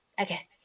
Okay